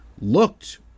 looked